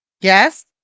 Yes